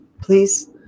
please